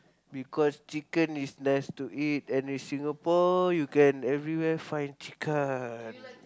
because chicken is nice to eat and in Singapore you can everywhere find chicken